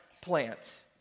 plant